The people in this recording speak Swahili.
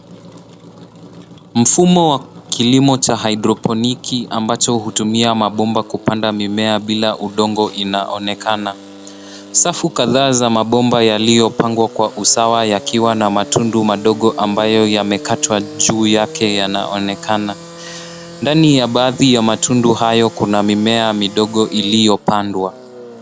Mfumo wa kilimo cha hidroponiki ambacho hutumia mabomba kupanda mimea bila udongo inaonekana. Safu kadhaa za mabomba yalipangwa kwa usawa yakiwa na matundu madoo ambayo yamekatwa juu yake yanaonekana. Ndani ya baadhi ya matundu hayo kuna mimea midogo iliyopandwa.